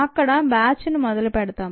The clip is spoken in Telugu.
అక్కడ బ్యాచ్ను మొదలు పెడతాం